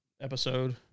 episode